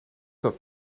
dat